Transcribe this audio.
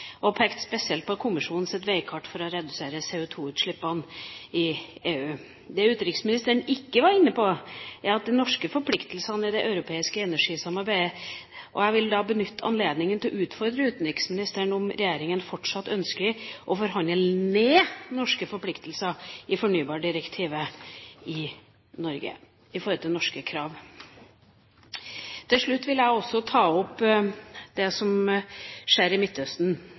og pekte spesielt på kommisjonens veikart for å redusere CO2-utslippene i EU. Det utenriksministeren ikke var inne på, var de norske forpliktelsene i det europeiske energisamarbeidet. Jeg vil da benytte anledningen til å utfordre utenriksministeren på om regjeringa fortsatt ønsker å forhandle ned de norske forpliktelsene i fornybardirektivet i Norge i forhold til norske krav. Til slutt vil jeg også ta opp det som skjer i Midtøsten,